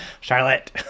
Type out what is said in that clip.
charlotte